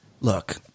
look